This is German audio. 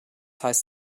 heißt